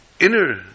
Inner